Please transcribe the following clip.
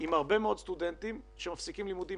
עם הרבה מאוד סטודנטים שמפסיקים לימודים